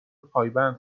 پایبند